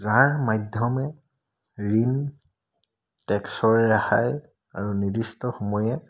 যাৰ মাধ্যমে ঋণ টেক্সৰ ৰেহাই আৰু নিৰ্দিষ্ট সময়ে